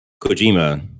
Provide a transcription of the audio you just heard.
Kojima